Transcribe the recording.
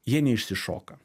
jie neišsišoka